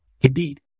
Indeed